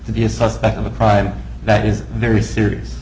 to be a suspect of a crime that is very serious